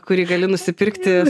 kurį gali nusipirkti